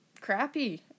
crappy